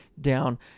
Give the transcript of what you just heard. down